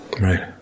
Right